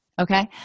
Okay